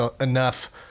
enough